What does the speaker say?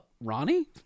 Ronnie